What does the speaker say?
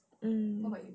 mm